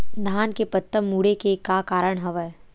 धान के पत्ता मुड़े के का कारण हवय?